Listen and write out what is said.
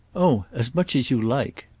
oh as much as you like!